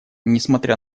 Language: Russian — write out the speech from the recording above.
несмотря